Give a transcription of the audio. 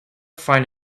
find